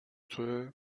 تویه